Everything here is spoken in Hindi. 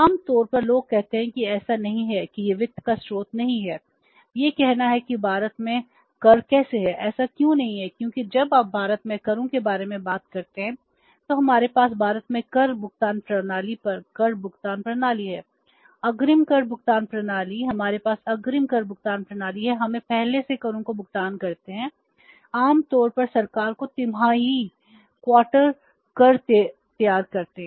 आम तौर पर लोग कहते हैं कि ऐसा नहीं है कि यह वित्त कर तैयार करते हैं